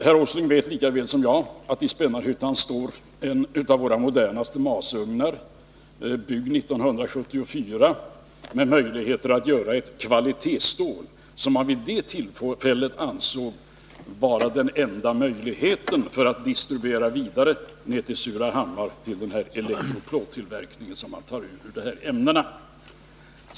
Herr Åsling vet lika väl som jag att i Spännarhyttan står en av våra modernaste masugnar, byggd 1974, med möjlighet att göra ett kvalitetsstål, som man vid det tillfället ansåg vara enda möjligheten när det gällde att distribuera vidare ner till Surahammar, till elektroplåttillverkningen.